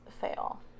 fail